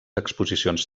exposicions